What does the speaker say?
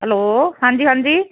hello ਹਾਂਜੀ ਹਾਂਜੀ